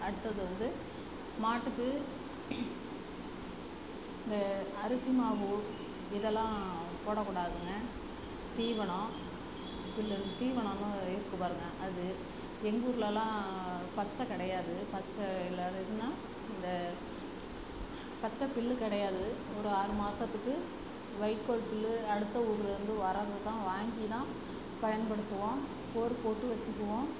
அடுத்தது வந்து மாட்டுக்கு அரிசி மாவு இதெல்லாம் போடக்கூடாதுங்க தீவனம் புல்லு தீவனன்னு இருக்குது பாருங்கள் அது எங்கூர்லலாம் பச்சை கிடையாது பச்சை இல்லாததுன்னா இந்த பச்சைப் புல்லு கிடையாது ஒரு ஆறு மாதத்துக்கு வைக்கோல் புல்லு அடுத்த ஊர்ல இருந்து வர்றது தான் வாங்கி தான் பயன்படுத்துவோம் போர் போட்டு வச்சிக்குவோம்